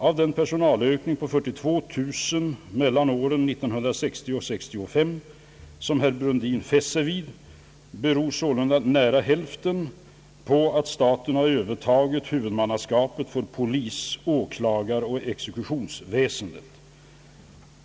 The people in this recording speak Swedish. Av den personalökning på 42000 mellan åren 1960 och 1965, som herr Brundin fäst sig vid, beror sålunda nära hälften på att staten har övertagit huvudmannaskapet för polis-, åklagaroch exekutionsväsendet.